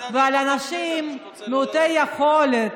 ועל אנשים מעוטי יכולת,